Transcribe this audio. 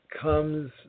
comes